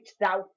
thou